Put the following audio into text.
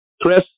Chris